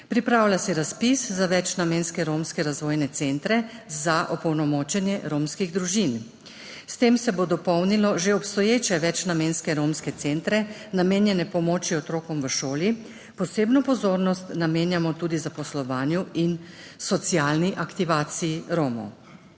Pripravlja se razpis za večnamenske romske razvojne centre za opolnomočenje romskih družin. S tem se bo dopolnilo že obstoječe večnamenske romske centre, namenjene pomoči otrokom v šoli, posebno pozornost pa namenjamo tudi zaposlovanju in socialni aktivaciji Romov.